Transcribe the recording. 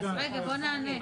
רגע, בוא נענה.